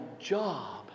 job